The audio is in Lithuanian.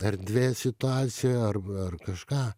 erdvėj situacijoj arb kažką